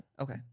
Okay